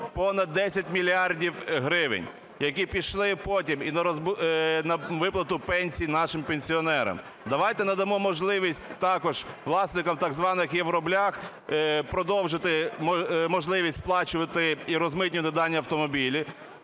понад 10 мільярдів гривень, які пішли потім на виплату пенсій нашим пенсіонерам. Давайте надамо можливість також власникам так званих "євроблях" продовжити можливість сплачувати і розмитнювати дані автомобілі.